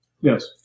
Yes